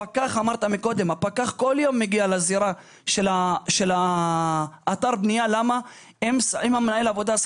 פקח העירייה מגיע כל יום לאתר הבנייה כדי לבדוק את מנהל העבודה,